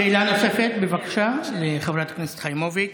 שאלה נוספת, בבקשה, לחברת הכנסת חיימוביץ'.